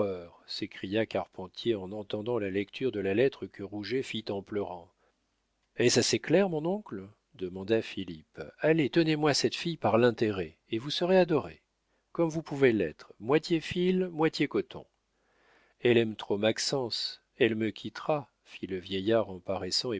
s'écria carpentier en entendant la lecture de la lettre que rouget fit en pleurant est-ce assez clair mon oncle demanda philippe allez tenez moi cette fille par l'intérêt et vous serez adoré comme vous pouvez l'être moitié fil moitié coton elle aime trop maxence elle me quittera fit le vieillard en paraissant